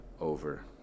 over